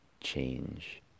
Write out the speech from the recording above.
change